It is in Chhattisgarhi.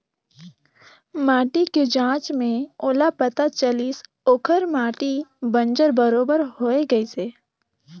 माटी के जांच में ओला पता चलिस ओखर माटी बंजर बरोबर होए गईस हे